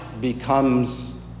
becomes